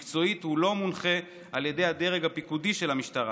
מקצועית הוא לא מונחה על ידי הדרג הפיקודי של המשטרה,